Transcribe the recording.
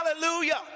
hallelujah